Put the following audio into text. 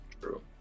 True